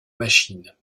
machine